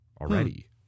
already